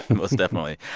most definitely.